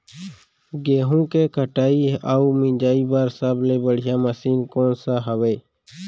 गेहूँ के कटाई अऊ मिंजाई बर सबले बढ़िया मशीन कोन सा हवये?